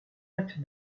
acte